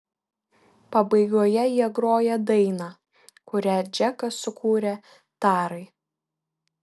pabaigoje jie groja dainą kurią džekas sukūrė tarai